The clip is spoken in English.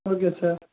okay sir